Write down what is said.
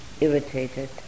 irritated